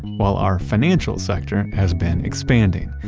while our financial sector has been expanding,